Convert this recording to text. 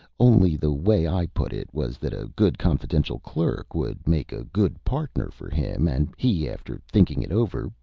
only the way i put it was that a good confidential clerk would make a good partner for him, and he, after thinking it over,